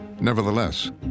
Nevertheless